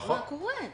מה קורה?